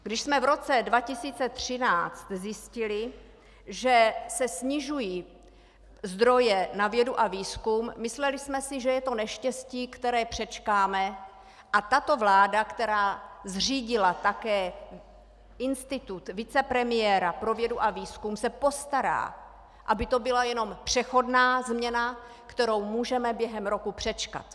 Když jsme v roce 2013 zjistili, že se snižují zdroje na vědu a výzkum, mysleli jsme si, že je to neštěstí, které přečkáme, a tato vláda, která zřídila také institut vicepremiéra pro vědu a výzkum, se postará, aby to byla jenom přechodná změna, kterou můžeme během roku přečkat.